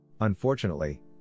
Unfortunately